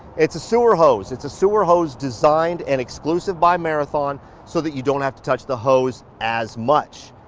it's a sewer hose. it's a sewer hose designed and exclusive by marathon so that you don't have to touch the hose as much.